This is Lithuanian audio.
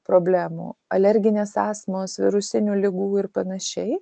problemų alerginės astmos virusinių ligų ir panašiai